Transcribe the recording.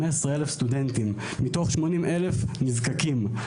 15,000 סטודנטים מתוך 80,000 נזקקים.